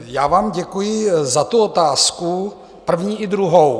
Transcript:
Já vám děkuji za tu otázku, první i druhou.